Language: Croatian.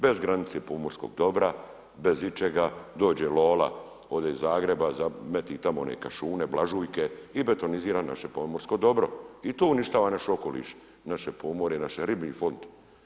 Bez granice pomorskog dobra, bez ičega, dođe lola, ode iz Zagreba, meti tamo one kašune, blažujke, i betonizira naše pomorsko dobro i to uništava naš okoliš, naše pomorje, naš riblji fond.